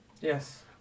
Yes